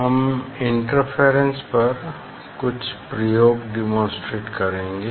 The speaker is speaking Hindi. हम इंटरफेरेंस पर कुछ प्रयोग डेमोंस्ट्रेटे करेंगे